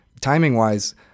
Timing-wise